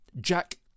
Jack